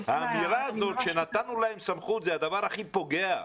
האמירה הזו "נתנו להם סמכות" זה הדבר הכי פוגע.